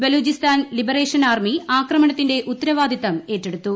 Balochistan liberation army ആർക്ക്മണത്തിന്റെ ഉത്തരവാദിത്വം ഏറ്റെടുത്തു